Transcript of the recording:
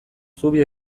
zubi